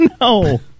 No